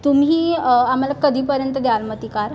तुम्ही आम्हाला कधीपर्यंत द्याल मग ती कार